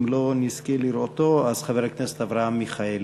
אם לא נזכה לראותו, אז חבר הכנסת אברהם מיכאלי.